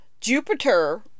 jupiter